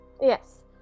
Yes